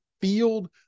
field